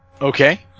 Okay